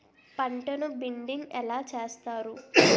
పంటను బిడ్డింగ్ ఎలా చేస్తారు?